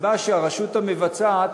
הסיבה שהרשות המבצעת